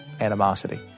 animosity